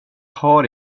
har